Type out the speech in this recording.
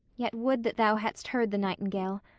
yet would that thou hadst heard the nightingale.